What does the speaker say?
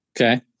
Okay